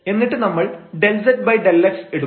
എന്നിട്ട് നമ്മൾ ∂z∂x എടുക്കും